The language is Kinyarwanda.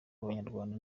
abanyarwanda